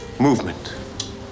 movement